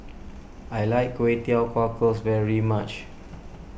I like Kway Teow Cockles very much